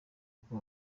uko